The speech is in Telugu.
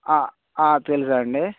తెలుసండి